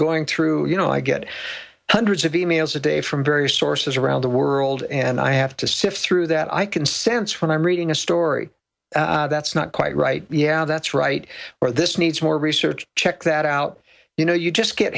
going through you know i get hundreds of e mails a day from various sources around the world and i have to sift through that i can sense from reading a story that's not quite right yeah that's right where this needs more research check that out you know you just get